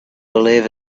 believe